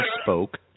spoke